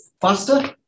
faster